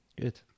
Good